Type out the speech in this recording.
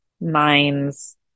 minds